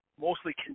Mostly